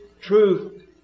Truth